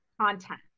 content